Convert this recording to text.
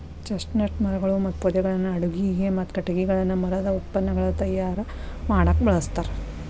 chestnut ಮರಗಳು ಮತ್ತು ಪೊದೆಗಳನ್ನ ಅಡುಗಿಗೆ, ಮತ್ತ ಕಟಗಿಗಳನ್ನ ಮರದ ಉತ್ಪನ್ನಗಳನ್ನ ತಯಾರ್ ಮಾಡಾಕ ಬಳಸ್ತಾರ